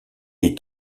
est